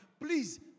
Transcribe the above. Please